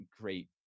great